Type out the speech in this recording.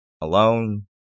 alone